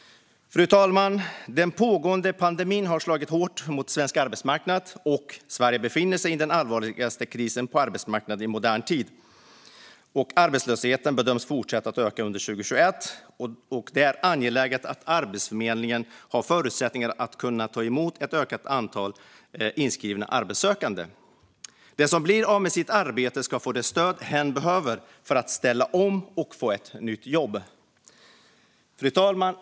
Fru talman! Den pågående pandemin har slagit hårt mot svensk arbetsmarknad, och Sverige befinner sig i den allvarligaste krisen på arbetsmarknaden i modern tid. Arbetslösheten bedöms fortsätta att öka under 2021. Det är angeläget att Arbetsförmedlingen har förutsättningar att kunna ta emot ett ökat antal inskrivna arbetssökande. Den som blir av med sitt arbete ska få det stöd hen behöver för att ställa om och få ett nytt jobb. Fru talman!